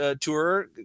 Tour